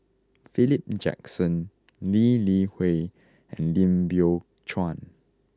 Philip Jackson Lee Li Hui and Lim Biow Chuan